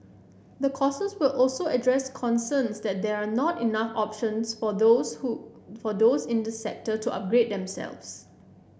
the courses will also address concerns that there are not enough options for those who for those in the sector to upgrade themselves